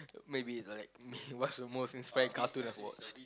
maybe like what's the most inspired cartoon I've watched